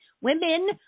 Women